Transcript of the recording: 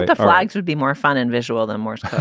but flagg's would be more fun and visual than morse.